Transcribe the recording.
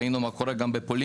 ראינו מה קורה גם בפולין.